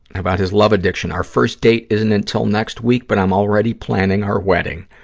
about his love addiction. our first date isn't until next week but i'm already planning our wedding.